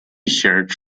shirts